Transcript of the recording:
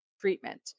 treatment